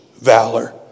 valor